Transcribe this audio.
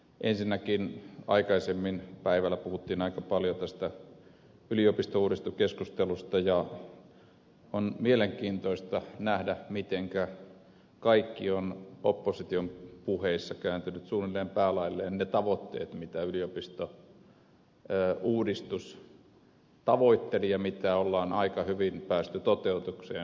ensinnäkin aikaisemmin päivällä puhuttiin aika paljon tästä yliopistouudistuskeskustelusta ja on mielenkiintoista nähdä mitenkä kaikki on opposition puheissa kääntynyt suunnilleen päälaelleen ne tavoitteet mitä yliopistouudistus tavoitteli ja missä ollaan aika hyvin päästy toteutukseen